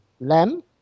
lamb